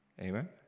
Amen